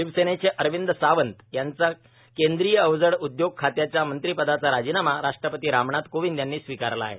शिवसेनेचे अरविंद सावंत यांचा केंद्रीय अवजड उदयोग खात्याच्या मंत्रिपदाचा राजीनामा राष्ट्रपती रामनाथ कोविंद यांनी स्वीकारला आहे